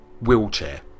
Wheelchair